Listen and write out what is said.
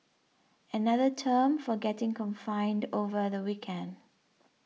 another term for getting confined over the weekend